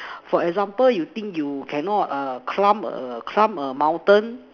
for example you think you cannot err climb a climb a mountain